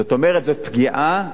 זאת אומרת, זאת פגיעה.